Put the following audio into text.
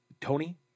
Tony